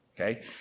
okay